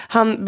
Han